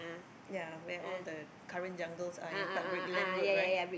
ya where all the current jungles are yang dekat Brickland-Road right